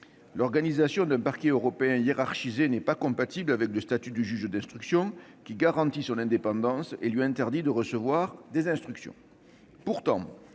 L'organisation d'un Parquet européen hiérarchisé n'est pas compatible avec le statut du juge d'instruction, qui garantit son indépendance et lui interdit de recevoir des instructions. Pourtant,